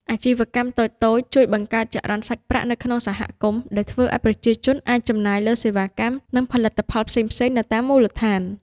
អាជីវកម្មតូចៗជួយបង្កើត ចរន្តសាច់ប្រាក់ នៅក្នុងសហគមន៍ ដែលធ្វើឱ្យប្រជាជនអាចចំណាយលើសេវាកម្ម និងផលិតផលផ្សេងៗនៅតាមមូលដ្ឋាន។